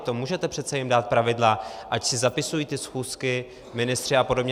To můžete přece jim dát pravidla, ať si zapisují ty schůzky ministři apod.